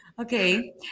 Okay